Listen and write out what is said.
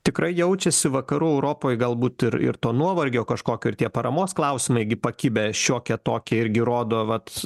tikrai jaučiasi vakarų europoj galbūt ir ir to nuovargio kažkokio ir tie paramos klausimai gi pakibę šiokią tokią irgi rodo vat